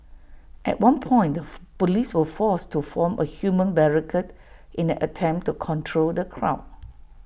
at one point the Police were forced to form A human barricade in an attempt to control the crowd